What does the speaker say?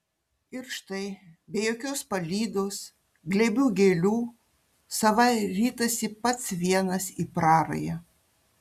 ir štai be jokios palydos glėbių gėlių sava ritasi pats vienas į prarają